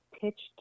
pitched